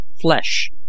flesh